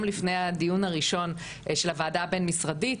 לפני הדיון הראשון של הוועדה הבין-משרדית,